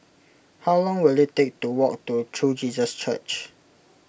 how long will it take to walk to True Jesus Church